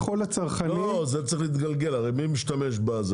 לא, זה צריך להתגלגל, הרי מי משתמש בזה?